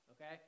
okay